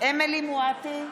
אמילי חיה מואטי,